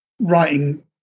writing